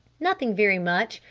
nothing very much!